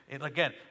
again